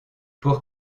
pour